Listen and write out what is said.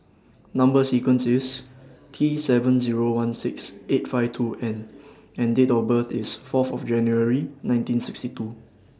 Number sequence IS T seven Zero one six eight five two N and Date of birth IS Fourth of January nineteen sixty two